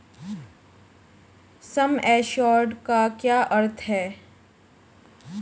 सम assured का क्या अर्थ है?